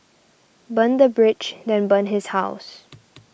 burn the bridge then burn his house